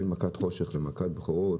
בין מכת חושך למכת בכורות,